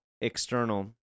external